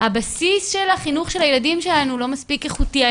הבסיס של החינוך של הילדים שלנו לא מספיק איכותי,